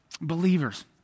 believers